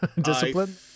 discipline